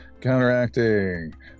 Counteracting